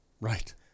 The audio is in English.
Right